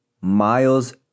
miles